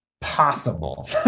possible